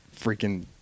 freaking